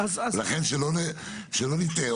לכן שלא נטעה.